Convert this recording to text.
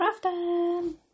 crafting